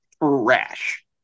rash